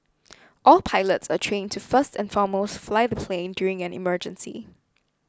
all pilots are trained to first and foremost fly the plane during an emergency